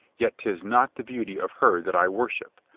yet tis not the beauty of her that i worship.